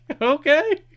okay